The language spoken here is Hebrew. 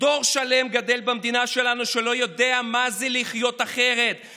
דור שלם גדל במדינה שלנו שלא יודע מה זה לחיות אחרת.